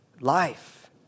Life